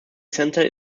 center